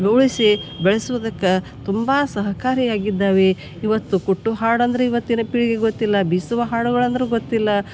ಲೋಳಿಸಿ ಬೆಳ್ಸುದಕ್ಕೆ ತುಂಬ ಸಹಕಾರಿಯಾಗಿದ್ದವೆ ಇವತ್ತು ಕುಟ್ಟು ಹಾಡಂದರೆ ಇವತ್ತಿನ ಪೀಳಿಗೆಗೆ ಗೊತ್ತಿಲ್ಲ ಬೀಸುವ ಹಾಡುಗಳು ಅಂದ್ರೆ ಗೊತ್ತಿಲ್ಲ